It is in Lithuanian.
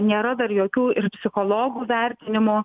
nėra dar jokių ir psichologų vertinimų